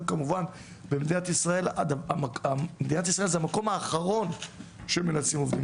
כמובן במדינת ישראל זה המקום האחרון שמנצלים עובדים.